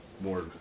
more